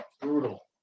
brutal